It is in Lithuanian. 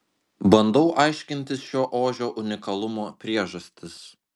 bandau aiškintis šio ožio unikalumo priežastis